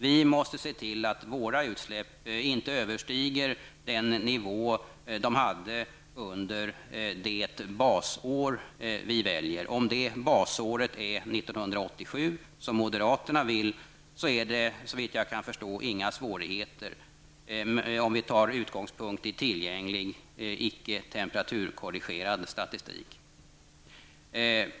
Vi måste se till att våra utsläpp inte överstiger den nivå de hade under det valda basåret. Om basåret är 1987, som moderaterna vill, är det inga svårigheter med utgångspunkt i tillgänglig, ej temperaturkorrigerad statistik.